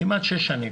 כמעט 6 שנים,